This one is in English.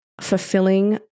fulfilling